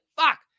fuck